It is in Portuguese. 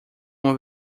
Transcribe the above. uma